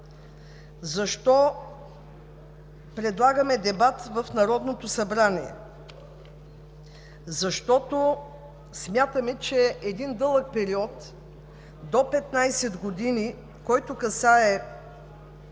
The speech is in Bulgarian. Защо предлагаме дебат в Народното събрание? Защото смятаме, че един дълъг период до 15 години, който касае